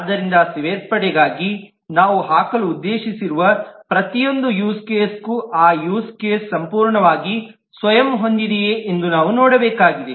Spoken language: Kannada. ಆದ್ದರಿಂದ ಸೇರ್ಪಡೆಗಾಗಿ ನಾವು ಹಾಕಲು ಉದ್ದೇಶಿಸಿರುವ ಪ್ರತಿಯೊಂದು ಯೂಸ್ ಕೇಸ್ಗೂ ಆ ಯೂಸ್ ಕೇಸ್ ಸಂಪೂರ್ಣವಾಗಿ ಸ್ವಯಂ ಹೊಂದಿದೆಯೆ ಎಂದು ನಾವು ನೋಡಬೇಕಾಗಿದೆ